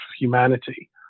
humanity